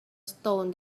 stone